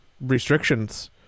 restrictions